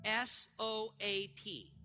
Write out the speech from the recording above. S-O-A-P